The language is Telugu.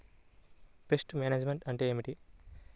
పెస్ట్ మేనేజ్మెంట్ అంటే ఏమిటి?